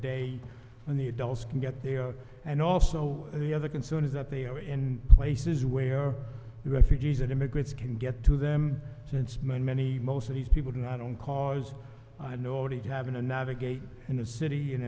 on the adults can get there and also the other concern is that they are in places where refugees and immigrants can get to them since many many most of these people and i don't cause i know already having to navigate in a city